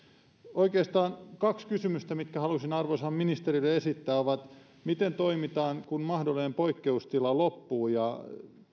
oikeastaan on kaksi kysymystä mitkä haluaisin arvoisalle ministerille esittää miten toimitaan kun mahdollinen poikkeustila loppuu ja